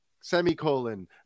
Semicolon